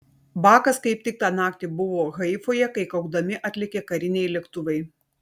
bakas kaip tik tą naktį buvo haifoje kai kaukdami atlėkė kariniai lėktuvai